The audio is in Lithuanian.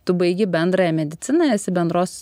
tu baigi bendrąją mediciną esi bendros